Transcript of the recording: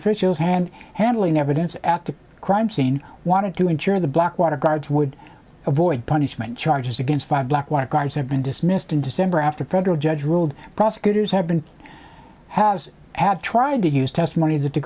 officials and handling evidence at the crime scene wanted to ensure the blackwater guards would avoid punishment charges against five blackwater guards have been dismissed in december after a federal judge ruled prosecutors had been has had tried to use testimony that the